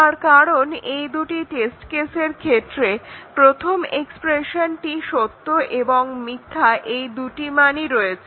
তার কারণ এই দুটি টেস্ট কেসের ক্ষেত্রে প্রথম এক্সপ্রেশনটির সত্য এবং মিথ্যা দুটি মানই রয়েছে